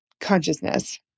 consciousness